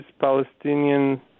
Palestinian